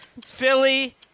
Philly